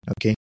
Okay